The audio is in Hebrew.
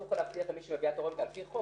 אסור לך להבטיח למי שמביאה תורמת ועל פי חוק